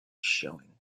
showing